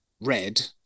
red